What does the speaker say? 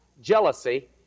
jealousy